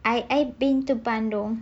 I I've been to bandung